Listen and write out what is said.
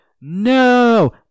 no